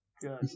good